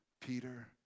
Peter